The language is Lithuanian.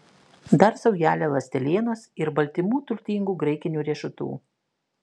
dar saujelę ląstelienos ir baltymų turtingų graikinių riešutų